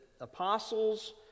apostles